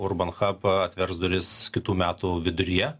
urbanchap atvers duris kitų metų viduryje